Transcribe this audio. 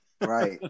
Right